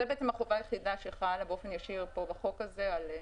זו החובה היחידה שחלה באופן ישיר בחוק הזה על מוטבים.